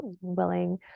willing